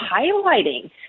highlighting